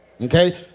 Okay